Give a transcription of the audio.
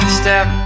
step